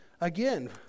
again